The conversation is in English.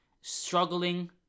struggling